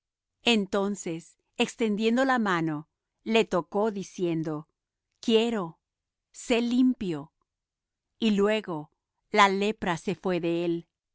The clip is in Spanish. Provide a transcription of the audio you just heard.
entonces extendiendo la mano le tocó diciendo quiero sé limpio y luego la lepra se fué de él